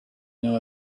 know